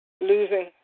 losing